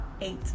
eight